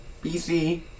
BC